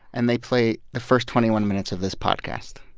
and they play the first twenty one minutes of this podcast?